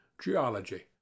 Geology